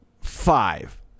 five